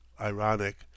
ironic